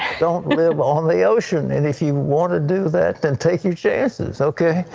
don't live on the ocean. and if you want to do that, then take your chances okay.